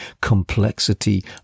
complexity